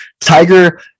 tiger